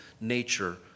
nature